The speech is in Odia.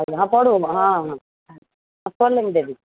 ହଁ ପଡ଼ୁ ହଁ ହଁ ପଡ଼ିଲେ ମୁଁ ଦେବି